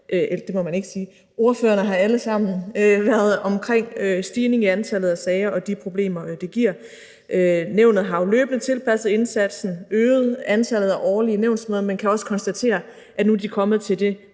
foran os. Ordførerne har jo alle sammen været omkring stigningen i antallet af sager og de problemer, det giver. Nævnet har jo løbende tilpasset indsatsen og øget antallet af årlige nævnsmøder, men kan også konstatere, at nu er de kommet til det